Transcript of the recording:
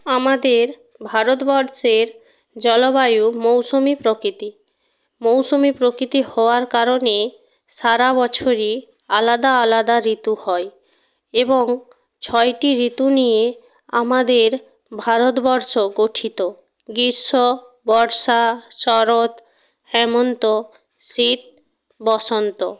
আমাদের ভারতবর্ষের জলবায়ু মৌসুমি প্রকৃতি মৌসুমি প্রকৃতি হওয়ার কারণে সারাবছরই আলাদা আলাদা ঋতু হয় এবং ছয়টি ঋতু নিয়ে আমাদের ভারতবর্ষ গঠিত গ্রীষ্ম বর্ষা শরৎ হেমন্ত শীত বসন্ত